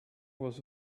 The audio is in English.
was